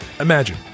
Imagine